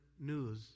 news